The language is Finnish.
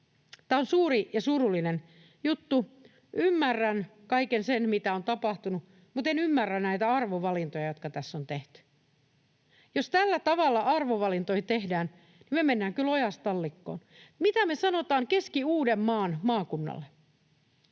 Tämä on suuri ja surullinen juttu. Ymmärrän kaiken sen, mitä on tapahtunut, mutten ymmärrä näitä arvovalintoja, jotka tässä on tehty. Jos tällä tavalla arvovalintoja tehdään, niin me mennään kyllä ojasta allikkoon. Mitä me sanotaan Keski-Uudenmaan